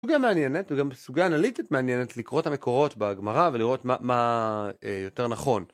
גם מעניינת וגם סוגיה אנליטית מעניינת לקרוא את המקורות בהגמרה ולראות מה יותר נכון.